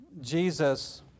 Jesus